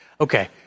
Okay